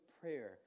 prayer